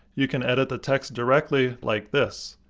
you can edit the text directly like this.